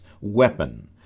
weapon